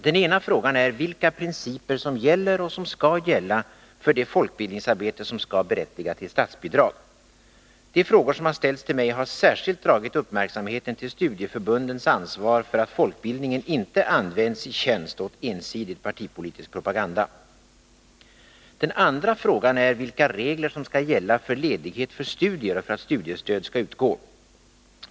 Den ena frågan är vilka principer som gäller och som skall gälla för det folkbildningsarbete som skall berättiga till statsbidrag. De frågor som ställts till mig har särskilt dragit uppmärksamheten till studieförbundens ansvar för att folkbildningen inte används i tjänst åt ensidigt partipolitisk propaganda. Den andra frågan är vilka regler som skall gälla för ledighet för studier och för att studiestöd skall utgå.